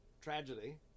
tragedy